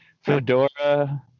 Fedora